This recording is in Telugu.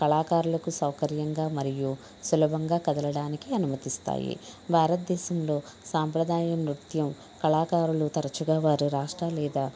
కళాకారులకు సౌకర్యంగా మరియు సులభంగా కదలడానికి అనుమతిస్తాయి భారత దేశంలో సాంప్రదాయం నృత్యం కళాకారులు తరచుగా వారు రాష్ట్రా లేదా